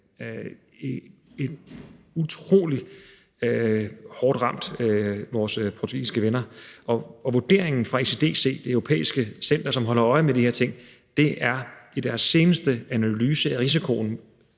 utrolig hårdt ramt. Og vurderingen fra ECDC, det europæiske center, som holder øje med de her ting, er ifølge deres seneste analyse af risikoen